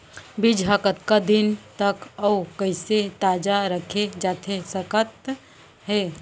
बीज ह कतका दिन तक अऊ कइसे ताजा रखे जाथे सकत हे?